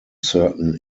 certain